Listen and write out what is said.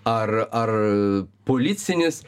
ar ar policinis